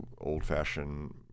old-fashioned